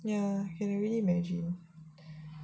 ya I can already imagine